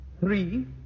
Three